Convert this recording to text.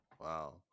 Wow